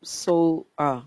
so err